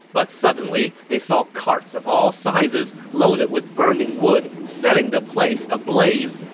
but suddenly, they saw carts of all sizes, loaded with burning wood, setting the place ablaze.